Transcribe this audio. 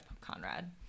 Conrad